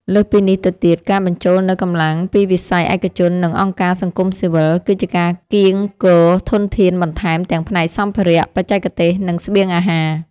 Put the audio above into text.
លើសពីនេះទៅទៀត ការបញ្ចូលនូវកម្លាំងពីវិស័យឯកជន និងអង្គការសង្គមស៊ីវិល គឺជាការកៀងគរធនធានបន្ថែមទាំងផ្នែកសម្ភារៈ បច្ចេកទេស និងស្បៀងអាហារ។